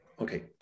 okay